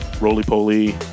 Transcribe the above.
roly-poly